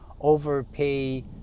overpay